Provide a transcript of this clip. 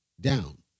down